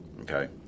Okay